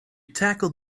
tackled